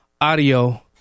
audio